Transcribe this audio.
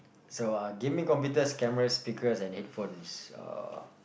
so uh give me computers cameras speakers and headphones uh